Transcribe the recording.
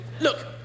Look